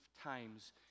times